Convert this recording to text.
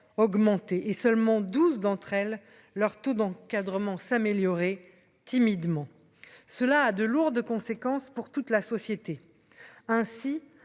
augmenter et seulement 12 d'entre elles, leur taux d'encadrement s'améliorer timidement cela à de lourdes conséquences pour toute la société ainsi